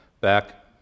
back